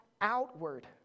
outward